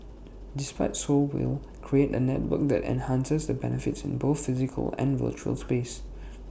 despite so will create A network that enhances the benefits in both physical and virtual space